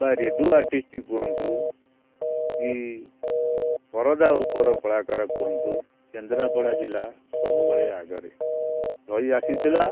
ବା radio artist କୁହନ୍ତୁ କି ପରଦା ଉପର କଳାକାର କୁହନ୍ତୁ କେନ୍ଦ୍ରାପଡ଼ା ଜିଲ୍ଲା ସବୁବେଳେ ଆଗରେ ରହିଆସିଥିଲା